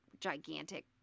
gigantic